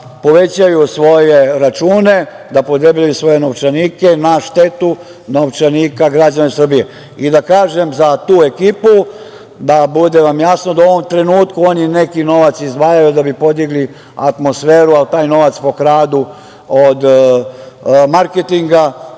povećaju svoje račune, da podebljaju svoje novčanike, na štetu novčanika građana Srbije. Još da kažem za tu ekipu, da vam bude jasno, da u ovom trenutku oni neki novac izdvajaju da bi podigli atmosferu, a taj novac pokradu od marketinga,